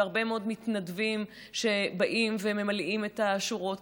והרבה מאוד מתנדבים באים וממלאים את השורות,